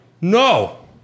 no